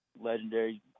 legendary